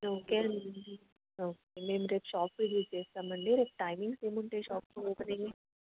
okay అండి okay మేము రేపు షాప్ విజిట్ చేస్తాం అండి రేపు టైమింగ్స్ ఏమి ఉంటాయి షాప్ ఓపెనింగ్